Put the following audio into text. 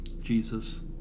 Jesus